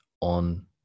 on